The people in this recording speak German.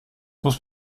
muss